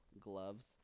gloves